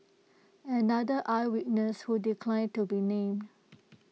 another eye witness who declined to be named